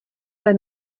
své